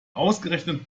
ausgerechnet